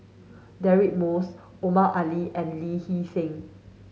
Deirdre Moss Omar Ali and Lee Hee Seng